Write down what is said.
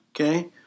Okay